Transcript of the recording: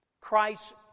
Christ